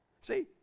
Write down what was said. See